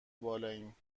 بالاییم